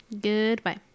goodbye